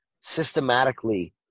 systematically